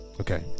Okay